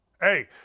Hey